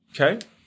Okay